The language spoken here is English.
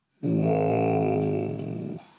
Whoa